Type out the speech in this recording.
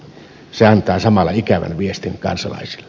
se antaa samalla ikävän viestin kansalaisille